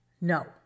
No